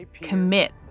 commit